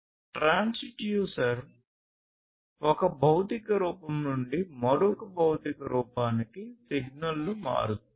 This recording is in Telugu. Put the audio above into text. ట్రాన్స్డ్యూసెర్ ఒక భౌతిక రూపం నుండి మరొక భౌతిక రూపానికి సిగ్నల్ను మారుస్తుంది